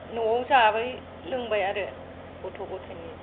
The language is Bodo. न'आव जाबाय लोंबाय आरो गथ' गथायनि